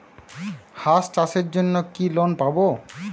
হাঁস চাষের জন্য কি লোন পাব?